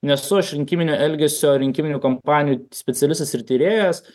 nesu aš rinkiminio elgesio rinkiminių kampanijų specialistas ir tyrėjas